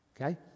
Okay